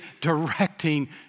directing